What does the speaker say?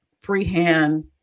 freehand